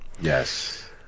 Yes